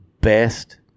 best